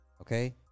Okay